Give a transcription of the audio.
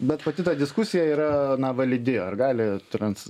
bet pati ta diskusija yra na validi ar gali trans